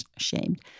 ashamed